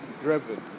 driven